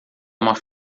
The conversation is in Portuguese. uma